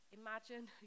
imagine